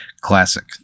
Classic